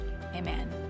amen